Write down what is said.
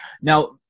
Now